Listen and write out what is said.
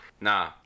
Nah